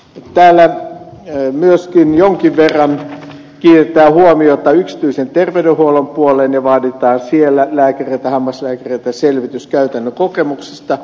täällä myöskin jonkin verran kiinnitetään huomiota yksityisen terveydenhuollon puoleen ja vaaditaan siellä lääkäreiltä hammaslääkäreiltä selvitys käytännön kokemuksista